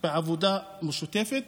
בעבודה משותפת.